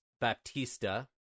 Baptista